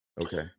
Okay